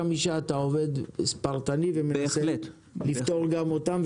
חמישה אתה עובד פרטני ומנסה לפתור גם אותם,